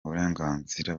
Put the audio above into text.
uburenganzira